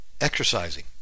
exercising